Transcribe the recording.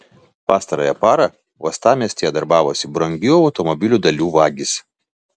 pastarąją parą uostamiestyje darbavosi brangių automobilių dalių vagys